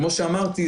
כמו שאמרתי,